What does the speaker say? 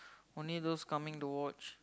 only those coming to watch